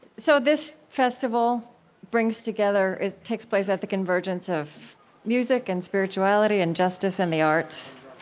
so this festival brings together it takes place at the convergence of music and spirituality and justice and the arts.